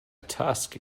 tusk